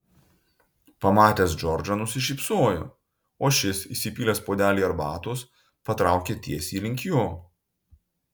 pamatęs džordžą nusišypsojo o šis įsipylęs puodelį arbatos patraukė tiesiai link jo